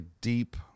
deep